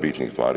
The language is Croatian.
bitnih stvari.